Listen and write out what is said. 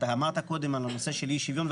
דיברת קודם על הנושא של אי שוויון,